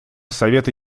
совета